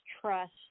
trust